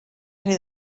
rhy